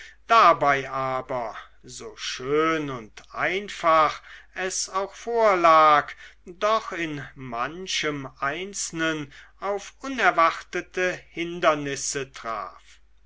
dabei aber so schön und einfach es auch vorlag doch in manchem einzelnen auf unerwartete hindernisse traf